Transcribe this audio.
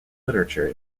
literature